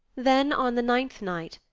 then, on the ninth night,